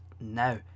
now